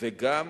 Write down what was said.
וגם